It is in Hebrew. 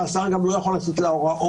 והשר גם לא יכול לתת לה הוראות.